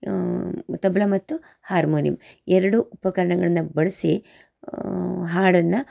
ತಬಲಾ ಮತ್ತು ಹಾರ್ಮೋನಿಯಂ ಎರಡೂ ಉಪಕರಣಗಳನ್ನ ಬಳಸಿ ಹಾಡನ್ನು